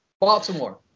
Baltimore